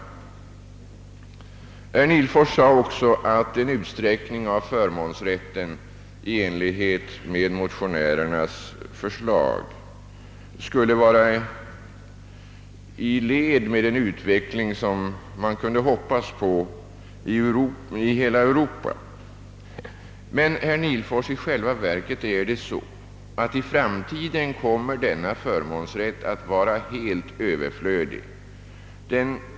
Herr Nihlfors sade också att en utsträckning av förmånsrätten i enlighet med motionärernas förslag skulle vara i led med den utveckling som man kunde hoppas på i hela Europa. Men, herr Nihlfors, i själva verket är det så att i framtiden kommer denna förmånsrätt att vara helt överflödig.